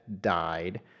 died